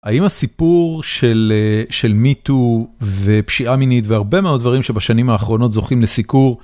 האם הסיפור של מיטו ופשיעה מינית והרבה מאוד דברים שבשנים האחרונות זוכים לסיקור?